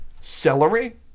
celery